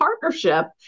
partnership